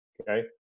Okay